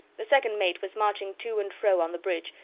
the second mate was marching to and fro on the bridge,